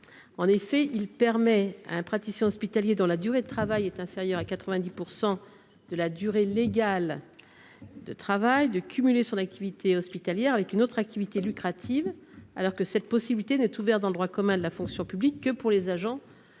En effet, il permet à un praticien hospitalier dont la durée de travail est inférieure à 90 % de la durée légale de travail de cumuler son activité hospitalière avec une autre activité lucrative, alors que cette possibilité n’est ouverte, dans le droit commun de la fonction publique, que pour les agents dont la